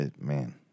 Man